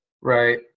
Right